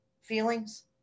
feelings